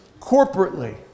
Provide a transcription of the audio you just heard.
corporately